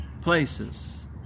places